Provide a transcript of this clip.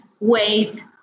wait